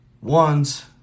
ones